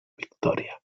victoria